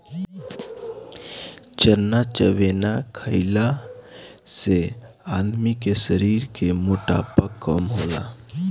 चना चबेना खईला से आदमी के शरीर के मोटापा कम होला